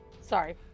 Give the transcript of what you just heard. sorry